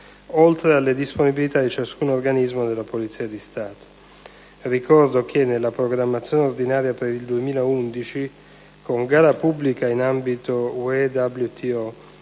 oltre alle disponibilità di ciascun organismo della Polizia di Stato. Ricordo che nella programmazione ordinaria per l'anno 2011, tramite gara pubblica in ambito UE/WTO,